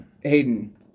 Hayden